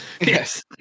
yes